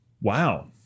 Wow